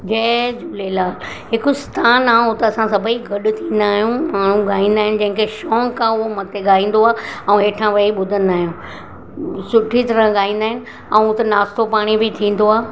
जय झूलेलाल हिकु स्थान आहे उतां असां सभेई गॾु थींदा आहियूं माण्हू ॻाईंदा आहिनि जंहिंखे शौंक़ु आहे उहा मथे ॻाईंदो आहे ऐं हेठां वेई ॿुधंदा आहियूं सुठी तरह ॻाईंदा आहिनि ऐं हुते नाश्तो पाणी बि थींदो आहे